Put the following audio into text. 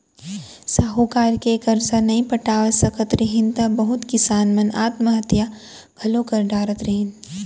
साहूकार के करजा नइ पटाय सकत रहिन त बहुत किसान मन आत्म हत्या घलौ कर डारत रहिन